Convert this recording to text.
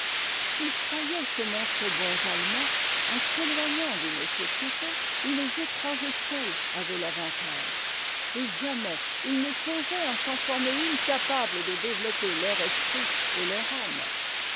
ils croyaient se montrer bons allemands en s'éteignant d'une société où les étrangers seuls avaient l'avantage et jamais ils ne songeaient à s'en former une capable de développer leur esprit et leur âme